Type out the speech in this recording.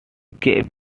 gave